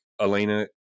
elena